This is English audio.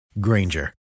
Granger